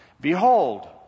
Behold